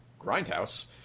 grindhouse